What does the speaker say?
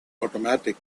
automatic